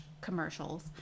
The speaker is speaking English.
commercials